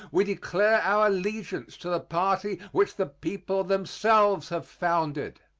we declare our allegiance to the party which the people themselves have founded.